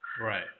Right